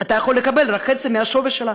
אתה יכול לקבל רק חצי מהשווי שלה,